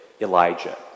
Elijah